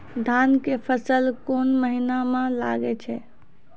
धान के फसल कोन महिना म लागे छै?